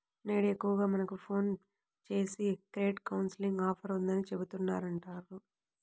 నేడు ఎక్కువగా మనకు ఫోన్ జేసి క్రెడిట్ కౌన్సిలింగ్ ఆఫర్ ఉందని చెబుతా ఉంటన్నారు